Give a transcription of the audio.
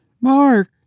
mark